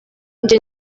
njye